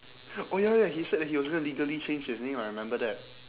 oh ya ya he said that he was gonna legally change his name I remember that